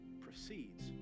proceeds